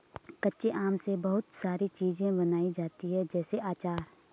कच्चे आम से बहुत सारी चीज़ें बनाई जाती है जैसे आचार